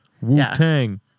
Wu-Tang